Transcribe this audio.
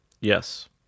Yes